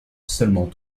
seulement